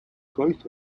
growth